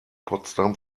potsdam